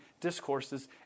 discourses